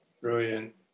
Brilliant